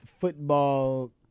football